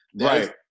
Right